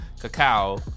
cacao